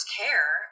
care